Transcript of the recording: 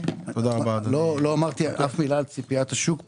ירדו בכ-90 מיליארד שקל משנת 2021 ל-2022,